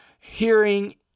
Hearing